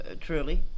truly